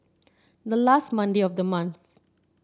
the last Monday of the month